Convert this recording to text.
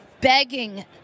begging